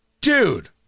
Dude